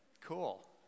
Cool